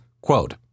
Quote